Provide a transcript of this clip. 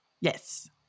Yes